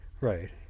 right